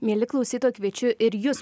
mieli klausytojai kviečiu ir jus